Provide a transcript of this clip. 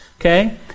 Okay